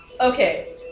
Okay